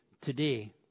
today